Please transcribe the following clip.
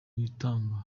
witanga